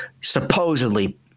supposedly